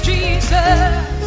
Jesus